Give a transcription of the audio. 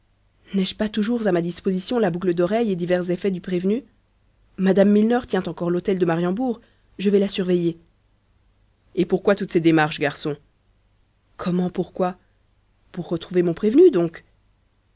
n'ai-je pas toujours à ma disposition la boucle d'oreille et divers effets du prévenu mme milner tient encore l'hôtel de mariembourg je vais la surveiller et pourquoi toutes ces démarches garçon comment pourquoi pour retrouver mon prévenu donc